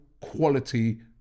quality